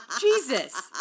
Jesus